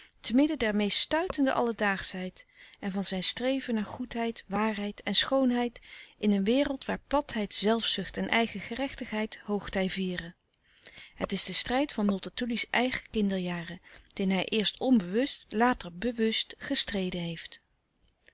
dichterziel temidden der meest stuitende alledaagschheid en van zijn streven naar goedheid waarheid en schoonheid in een wereld waar platheid zelfzucht en eigengerechtigheid hoogtij vieren het is de strijd van multatuli's eigen kinderjaren dien hij eerst onbewust later bewust gestreden heeft